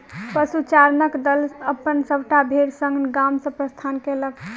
पशुचारणक दल अपन सभटा भेड़ संग गाम सॅ प्रस्थान कएलक